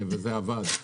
אבל זה עבד.